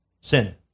sin